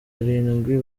barindwi